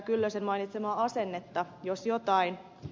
kyllösen mainitsemaa asennetta jos jotain